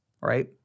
right